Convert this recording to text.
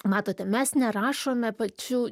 matote mes nerašome pačių